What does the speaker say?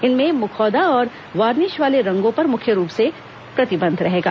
इनमें मुखौदा और वार्निश वाले रंगों पर मुख्य रूप से प्रतिबंधि रहेगा